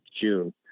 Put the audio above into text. June